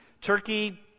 turkey